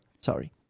sorry